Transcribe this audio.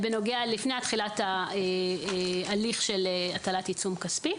לפני תחילת ההליך של הטלת עיצום כספי.